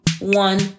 one